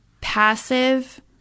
passive